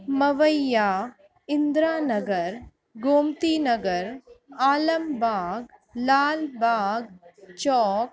Mawaiya Indira Nagar Gomti Nagar Alambagh Lalbagh Chowk